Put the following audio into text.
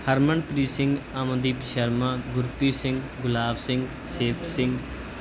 Harmanpreet Singh Amandeep Sharma Gurpreet Singh Gulab Singh Sevak Singh